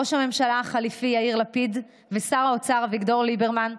לראש הממשלה החליפי יאיר לפיד ולשר האוצר אביגדור ליברמן,